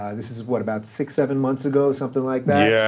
this is what, about six, seven months ago, something like that. yeah